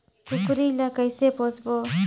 कूकरी ला कइसे पोसबो?